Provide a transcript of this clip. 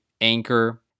anchor